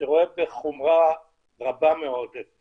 שרואה בחומרה רבה מאוד את